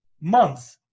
month